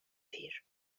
پیر